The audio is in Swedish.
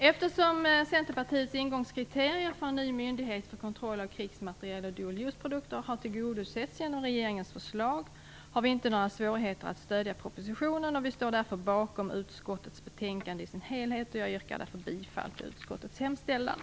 Eftersom Centerpartiets ingångskriterier för en ny myndighet för kontroll av krigsmateriel och dual useprodukter har tillgodosetts genom regeringens förslag har vi inte några svårigheter att stödja propositionen. Vi står därför bakom utskottets betänkande i sin helhet. Jag yrkar därför bifall till utskottets hemställan.